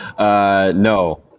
No